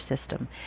system